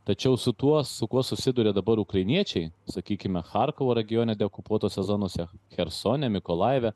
tačiau su tuo su kuo susiduria dabar ukrainiečiai sakykime charkovo regione deokupuotose zonose chersone mykolajive